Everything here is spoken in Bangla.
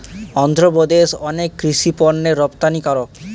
অন্ধ্রপ্রদেশ অনেক কৃষি পণ্যের রপ্তানিকারক